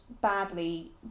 badly